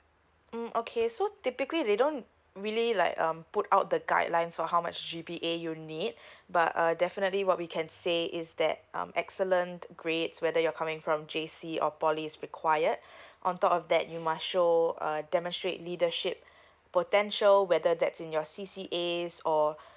mm okay so typically they don't really like um put out the guidelines on how much C_G_P_A you need but uh definitely what we can say is that um excellent grades whether you're coming from J_C or poly is required on top of that you must show uh demonstrate leadership potential whether that's in your C_C_As or